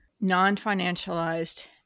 non-financialized